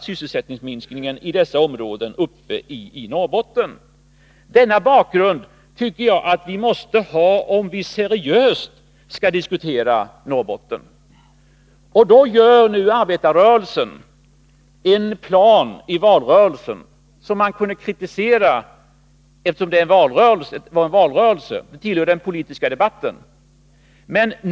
Sysselsättningsminskningen inom dessa områden har fortsatt uppe i Norrbotten. Denna bakgrund tycker jag att vi måste ha, om vi seriöst skall diskutera Norrbotten. Arbetarrörelsen har därför i valrörelsen utarbetat en plan — en plan som man kunde kritisera, eftersom den presenterades i samband med den politiska debatten i en valrörelse.